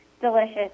delicious